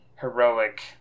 heroic